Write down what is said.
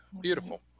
Beautiful